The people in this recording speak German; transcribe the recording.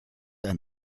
ein